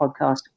podcast